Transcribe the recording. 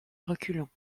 reculons